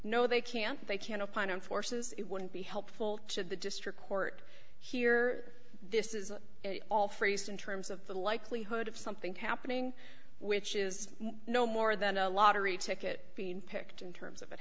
no they can't they can't opine on forces it wouldn't be helpful to the district court here this is all phrased in terms of the likelihood of something happening which is no more than a lottery ticket being picked in terms of it